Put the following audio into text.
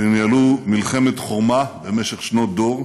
שניהלו מלחמת חורמה במשך שנות דור,